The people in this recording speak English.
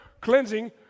cleansing